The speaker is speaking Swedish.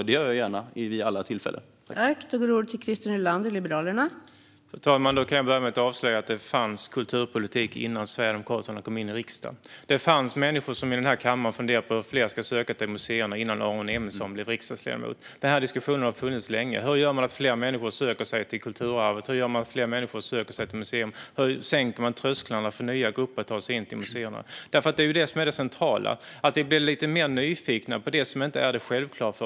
Det gör jag gärna vid vilka tillfällen som helst.